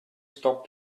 stop